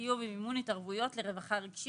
סיוע במימון התערבויות לרווחה רגשית,